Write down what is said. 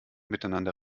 miteinander